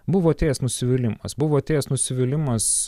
buvo atėjęs nusivylimas buvo atėjęs nusivylimas